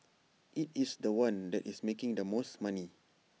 IT is The One that is making the most money